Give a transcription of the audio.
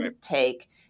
take